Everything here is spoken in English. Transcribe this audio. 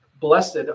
blessed